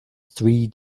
three